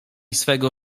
swego